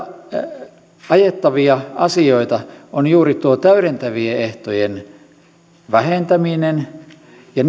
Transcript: nyt niitä ajettavia asioita on juuri tuo täydentävien ehtojen vähentäminen ja